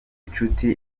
nshuti